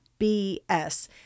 BS